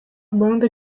banda